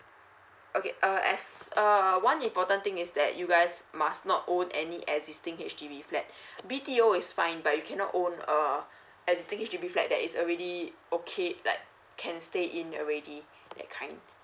okay uh as a one important thing is that you guys must not own any existing H_D_B flat b t o is fine but you cannot own err existing H_D_B flat that is already okay like can stay in already that kind